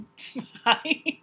Hi